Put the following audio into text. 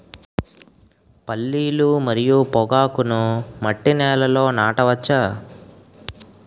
పల్లీలు మరియు పొగాకును మట్టి నేలల్లో నాట వచ్చా?